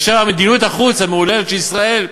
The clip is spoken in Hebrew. מדיניות החוץ המהוללת של ישראל,